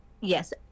Yes